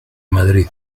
madrid